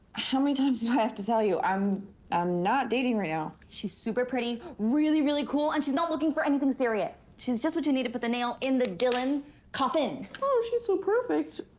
how many times do i have to tell you. i'm um not dating right now. she's super pretty, really really cool, and she's not looking for anything serious. she's just what you need to put the nail in the dylan coffin. oh, if she's so perfect.